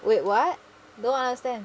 wait what don't understand